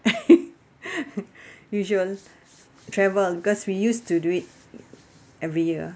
usual travel because we used to do it every year